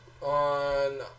on